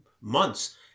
months